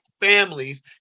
families